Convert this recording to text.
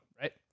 right